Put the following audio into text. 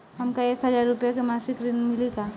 हमका एक हज़ार रूपया के मासिक ऋण मिली का?